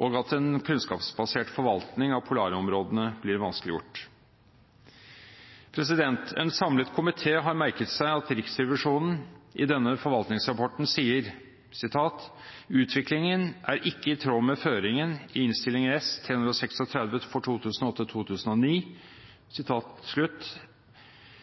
og at en kunnskapsbasert forvaltning av polarområdene blir vanskeliggjort. En samlet komité har merket seg at Riksrevisjonen i denne forvaltningsrevisjonsrapporten sier at utviklingen «er ikke i tråd med føringen i Innst. S.